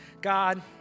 God